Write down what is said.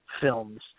films